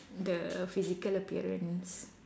the physical appearance